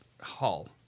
hall